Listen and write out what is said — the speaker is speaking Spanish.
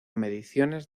mediciones